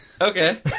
okay